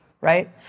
right